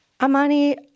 Amani